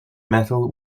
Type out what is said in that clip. metal